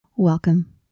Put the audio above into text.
Welcome